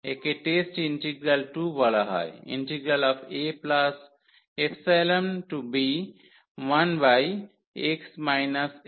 একে test integral II বলা হয়